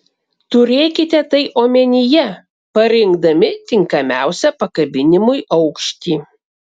turėkite tai omenyje parinkdami tinkamiausią pakabinimui aukštį